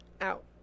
out